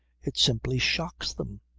it simply shocks them.